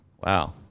Wow